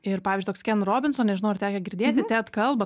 ir pavyzdžiui toks ken robinson nežinau ar tekę girdėti ted kalbą